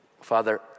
Father